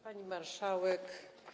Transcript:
Pani Marszałek!